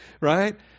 Right